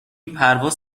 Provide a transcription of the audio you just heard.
پرواز